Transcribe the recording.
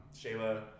Shayla